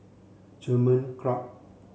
German Club